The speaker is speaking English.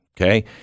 Okay